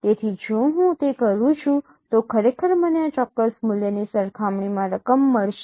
તેથી જો હું તે કરું છું તો ખરેખર મને આ ચોક્કસ મૂલ્યની સરખામણીમાં રકમ મળશે